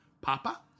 Papa